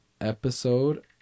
episode